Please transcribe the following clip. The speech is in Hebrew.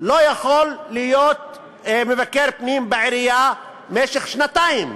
לא יכול להיות מבקר פנים בעירייה במשך שנתיים.